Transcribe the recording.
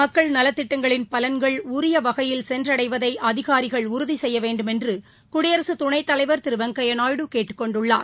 மக்கள் நலத்திட்டங்களின் பலன்கள் உரிய வகையில் சென்றடைவதை அதிகாரிகள் உறுதி செய்ய வேண்டுமென்று குடியரசு துணைத்தலைவர் திரு வெங்கையா நாயுடு கேட்டுக் கொண்டுள்ளார்